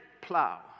plow